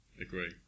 agree